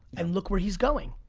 and look where he's going,